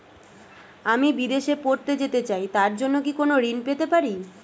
আমি বিদেশে পড়তে যেতে চাই তার জন্য কি কোন ঋণ পেতে পারি?